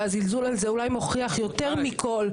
והזלזול הזה אולי מוכיח יותר מכול,